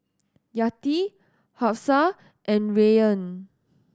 Yati Hafsa and Rayyan